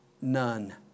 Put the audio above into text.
none